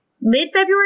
mid-February